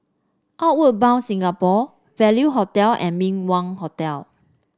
Outward Bound Singapore Value Hotel and Min Wah Hotel